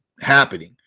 happening